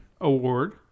Award